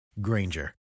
Granger